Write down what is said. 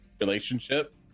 relationship